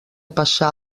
passar